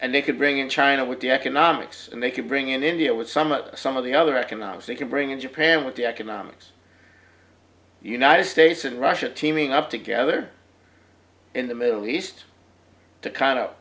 and they could bring in china with the economics and they could bring in india with some of the some of the other economic see can bring in japan with the economics united states and russia teaming up together in the middle east to kind of